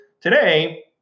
today